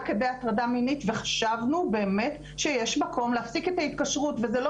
כדי הטרדה מינית וחשבנו באמת שיש מקום להפסיק את ההתקשרות וזה לא